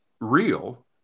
real